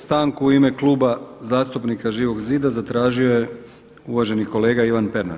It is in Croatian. Stanku u ime Kluba zastupnika Živog zida zatražio je uvaženi kolega Ivan Pernar.